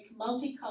multicultural